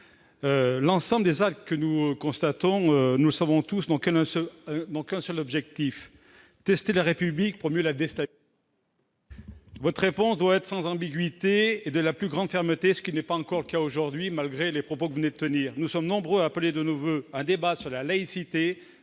L'ensemble de ces actes, nous le savons tous, n'a qu'un seul objectif : tester la République pour mieux la déstabiliser. Votre réponse doit être sans ambiguïté et de la plus grande fermeté, ce qui n'est pas le cas aujourd'hui, malgré les propos que vous venez de tenir. Nous sommes nombreux à appeler de nos voeux un débat sur la laïcité,